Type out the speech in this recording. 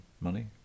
money